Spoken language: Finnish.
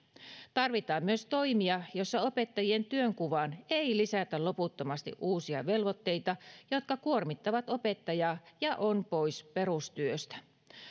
tarvitaan myös toimia että opettajien työnkuvaan ei lisätä loputtomasti uusia velvoitteita jotka kuormittavat opettajaa ja ovat pois perustyöstä